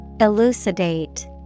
Elucidate